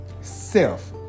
Self